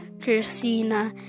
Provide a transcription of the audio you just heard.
Christina